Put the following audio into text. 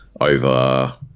over